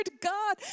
God